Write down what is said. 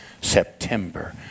September